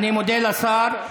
אני מודה לשר.